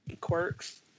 quirks